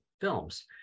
films